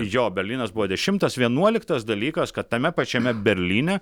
jo berlynas buvo dešimtas vienuoliktas dalykas kad tame pačiame berlyne